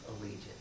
allegiance